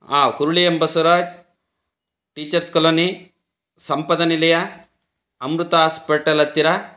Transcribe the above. ಹಾಂ Huruli M Basavaraj teachers colony Sampada Nilaya Amrita hospital ಹತ್ತಿರ